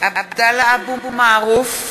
הבא עלינו לטובה עוד מעט.